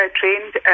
trained